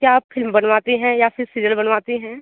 क्या आप फिल्म बनवाती हैं या फिर सीरियल बनवाती हैं